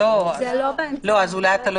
לא ישן בשקט במאת אחוזים גם עם ההסכמה.